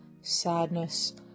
sadness